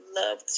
love